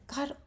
God